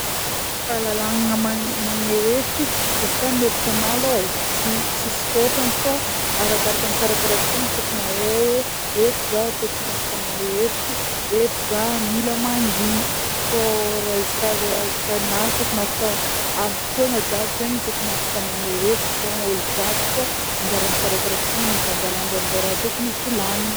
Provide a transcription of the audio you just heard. Fahalalagna maneho magneho hevitry, izy koà amin'ny hevitranah alôha ein tsy tsisy fetrany fô arakarakan'ny tsirekireky fogna tokony ahe hoe eto zaho tokony afaka maneho hevitry, eto zaho mila manginy fô ra izy ke izy ke na donc afaka tokony afaka amin'ny fotoagna jiaby zegny tokony afaka maneho hevitry fogna ôlo jiaby fô anjaran'ny tsirekireky fogna mandanjalanja ny le raha tokony vôlagniny.